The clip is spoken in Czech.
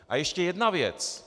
A ještě jedna věc.